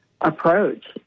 approach